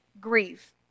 grieve